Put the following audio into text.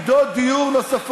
דיון.